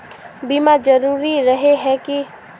बीमा जरूरी रहे है की?